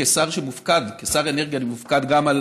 כשר אנרגיה, אני מופקד גם על